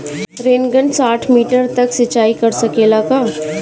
Rain gun साठ metre तक सिचाई कर सकेला का?